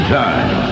time